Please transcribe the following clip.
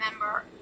remember